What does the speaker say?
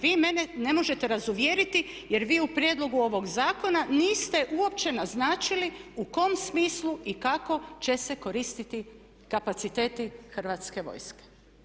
Vi mene ne možete razuvjeriti jer vi u prijedlogu ovog zakona niste uopće naznačili u kom smislu i kako će se koristiti kapaciteti Hrvatske vojske.